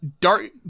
Dark